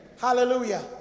Hallelujah